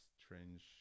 strange